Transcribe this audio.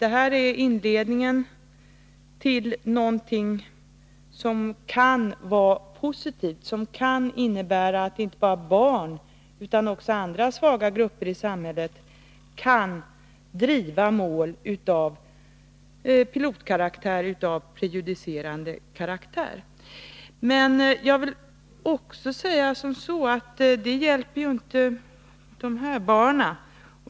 Det här är inledningen till någonting som kan innebära att inte bara barn utan också andra svaga grupper i samhället kan driva mål av pilotmodell, av prejudicerande karaktär. Men detta hjälper ju inte de här barnen.